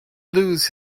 lose